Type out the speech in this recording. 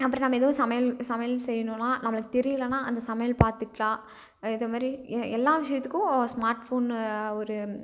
அப்புறம் நம்ம எதுவும் சமையல் சமையல் செய்யணுன்னால் நம்மளுக்கு தெரியலைன்னா அந்த சமையல் பார்த்துக்கலாம் இது மாரி எ எல்லா விஷயத்துக்கும் ஸ்மார்ட் ஃபோனு ஒரு